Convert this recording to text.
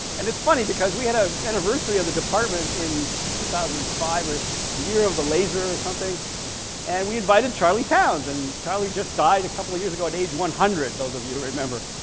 and it's funny because we had a anniversary of the department in two thousand and five or the year of the laser or something and we invited charlie towns and charlie just died a couple of years ago at age one hundred, those of you who remember,